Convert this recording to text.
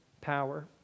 power